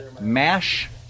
MASH